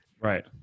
Right